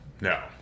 No